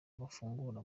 bafungura